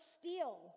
steal